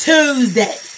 Tuesday